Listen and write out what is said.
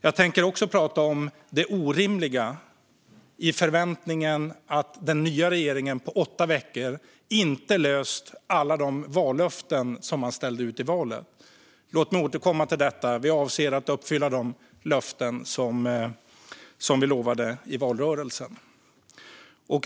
Jag tänker också prata om det orimliga i förväntningen att den nya regeringen på åtta veckor skulle infria alla de vallöften som man ställde ut i valet. Låt mig återkomma till detta. Vi avser att uppfylla de löften som vi gav i valrörelsen. Fru talman!